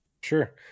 Sure